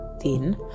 thin